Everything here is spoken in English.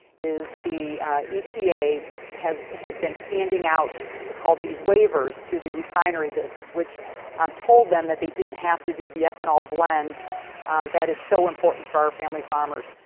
is the epa had been handing out what's called these wavers to the refinery business. which told them that they didn't have to do the ethanol blend that is so important for our family farmers.